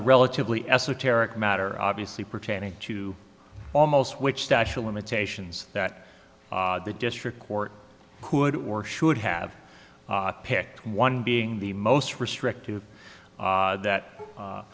relatively esoteric matter obviously pertaining to almost which stachel limitations that the district court could or should have picked one being the most restrictive that